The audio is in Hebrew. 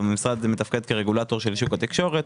המשרד מתפקד כרגולטור של שוק התקשורת,